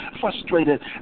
frustrated